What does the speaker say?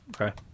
Okay